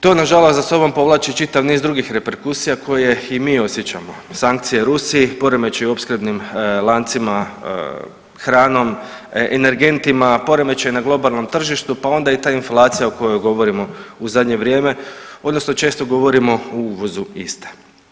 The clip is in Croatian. To nažalost za sobom povlači čitav niz drugih reperkusija koje i mi osjećamo, sankcije Rusiji, poremećaji u opskrbnim lancima hranom, energentima, poremećaj na globalnom tržištu pa onda i ta inflacija o kojoj govorimo u zadnje vrijeme odnosno često govorimo o uvozu iste.